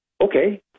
okay